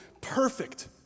perfect